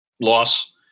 loss